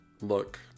look